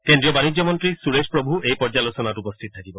কেন্দ্ৰীয় বাণিজ্য মন্ত্ৰী সুৰেশ প্ৰভু এই পৰ্যালোচনাত উপস্থিত থাকিব